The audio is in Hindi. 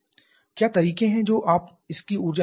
क्या तरीके हैं जो आप इसकी ऊर्जा निकाल रहे हैं